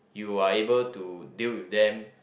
you are able to deal with them